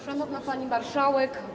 Szanowna Pani Marszałek!